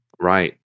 right